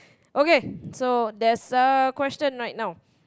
okay so there's a question right now